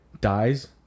dies